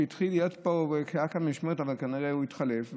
שהיה כאן במשמרת אבל כנראה הוא התחלף,